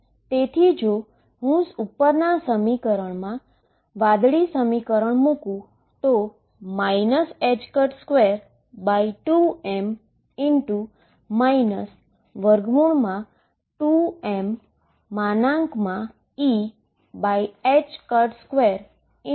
તેથી જો હું ઉપરના સમીકરણમાં વાદળી સમીકરણ મુકું તો 22m 2mE2AV0A મળે છે